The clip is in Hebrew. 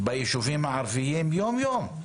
ביישובים הערביים יום-יום.